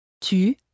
tu